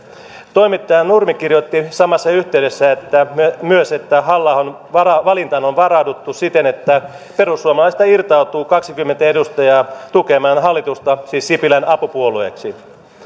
toimittaja nurmi kirjoitti samassa yhteydessä myös että halla ahon valintaan on varauduttu siten että perussuomalaisista irtautuu kaksikymmentä edustajaa tukemaan hallitusta siis sipilän apupuolueeksi